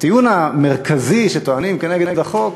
הטיעון המרכזי שטוענים נגד החוק